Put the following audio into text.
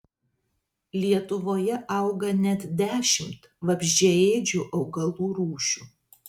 lietuvoje auga net dešimt vabzdžiaėdžių augalų rūšių